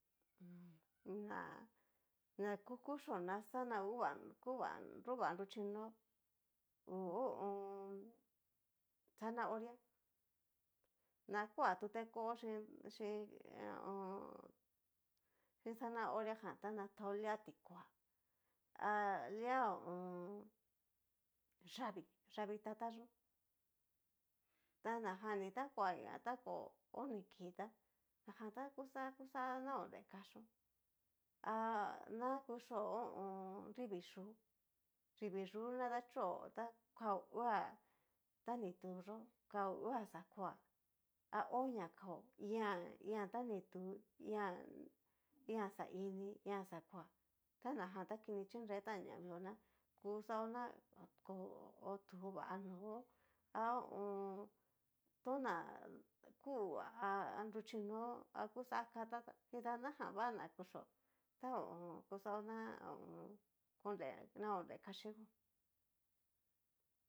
Na ku kuchio na xa kuva kuva nruva nruxhinó hú ho o on. zanahoria na kua tute ko xi xin ho o on, xin zanahoria jan ta na tao lia tikuá a lia ho o on. yavii yavii tata yó tanajani ta kuaña ta kó oni kii ta njan ta kuxá na onre kaxió ha na kuchio ho o on. nrivii yú nrivii yú na dachó ta kao uu á ta ni tuyó, kao uu á xakóa a onia kao iin ta ni tú iin á xaini iin á xakoá ta ñajan ta kini xhinretan ña mio ná kuxao ná otú vá'a no'o a ho o on. toná kua'a á nruxhinó a kuxá katá tá nridá najan vá na kuxió ta hó kuxao ná hon kore na onre kaxigó.